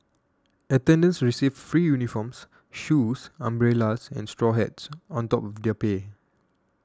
attendants received free uniforms shoes umbrellas and straw hats on top of their pay